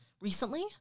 recently